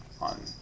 on